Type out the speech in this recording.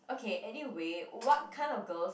okay anyway what kind of girls